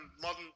Modern